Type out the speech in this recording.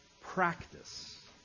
practice